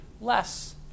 less